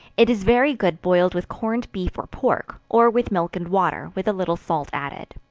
it is very good boiled with corned beef or pork, or with milk and water, with a little salt added.